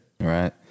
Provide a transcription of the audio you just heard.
right